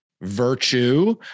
virtue